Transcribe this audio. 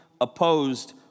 opposed